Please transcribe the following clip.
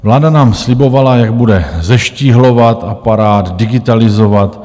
Vláda nám slibovala, jak bude zeštíhlovat aparát, digitalizovat.